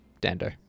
Dando